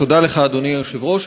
תודה לך, אדוני היושב-ראש.